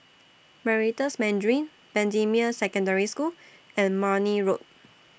Meritus Mandarin Bendemeer Secondary School and Marne Road